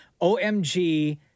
OMG